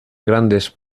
grandes